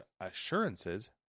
assurances